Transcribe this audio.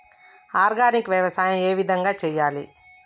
Organic వ్యవసాయం ఏ విధంగా చేయాలి?